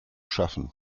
schaffen